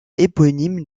éponyme